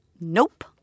Nope